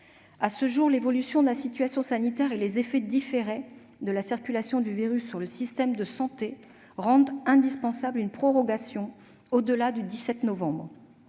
En effet, l'évolution de la situation sanitaire et les effets différés de la circulation du virus sur le système de santé rendent indispensable une prorogation au-delà du 17 novembre.